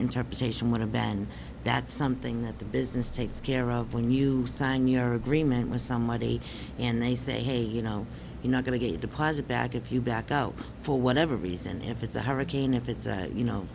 interpretation want to ban that's something that the business takes care of when you sign your agreement with somebody and they say hey you know you're not going to get a deposit back if you back out for whatever reason if it's a hurricane if it's you know